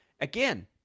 again